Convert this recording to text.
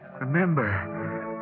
remember